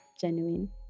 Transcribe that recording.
genuine